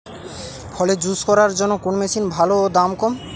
ফলের জুস করার জন্য কোন মেশিন ভালো ও দাম কম?